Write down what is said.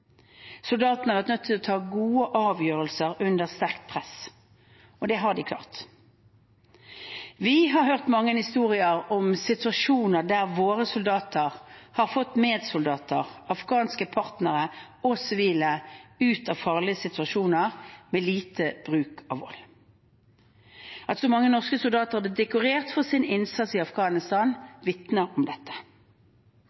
Soldatene har vært nødt til å ta gode avgjørelser under sterkt press. Det har de klart. Vi har hørt mange historier om situasjoner der våre soldater har fått medsoldater, afghanske partnere og sivile ut av farlige situasjoner med lite bruk av vold. At så mange norske soldater har blitt dekorert for sin innsats i Afghanistan,